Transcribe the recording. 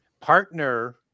partner